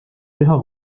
keha